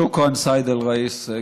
שוכרן, סייד א-ראיס.